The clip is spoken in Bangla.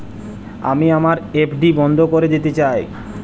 আমি আমার এফ.ডি বন্ধ করে দিতে চাই